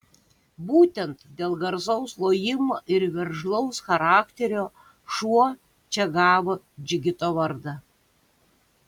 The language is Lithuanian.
būtent dėl garsaus lojimo ir veržlaus charakterio šuo čia gavo džigito vardą